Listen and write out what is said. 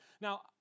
Now